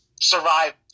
survive